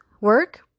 work